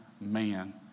man